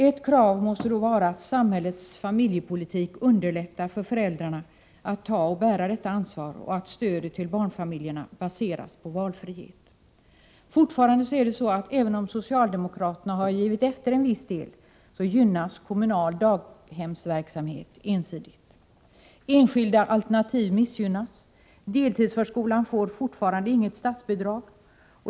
Ett krav måste vara att samhällets familjepolitik underlättar för föräldrarna att ta och bära detta ansvar och att stödet till barnfamiljerna baseras på valfrihet. Fortfarande — även om socialdemokraterna har givit efter till viss del — gynnas kommunal daghemsverksamhet ensidigt. Enskilda alternativ missgynnas. Deltidsförskolan får fortfarande inget statsbidrag.